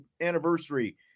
anniversary